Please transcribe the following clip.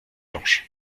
blanche